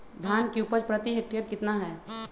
धान की उपज प्रति हेक्टेयर कितना है?